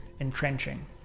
entrenching